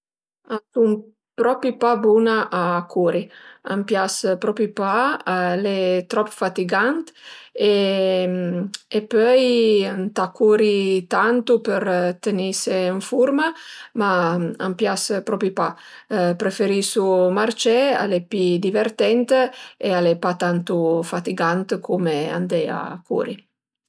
A sun propi pa bun-a a curi, a m'pias propi pa, al e trop fatigant e pöi ëntà curi tantu për tenise ën furma, ma a m'pias propi pa, preferisu marcé, al e pi divertent e al e pa tantu fatigant cume andé a curi